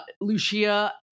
Lucia